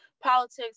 politics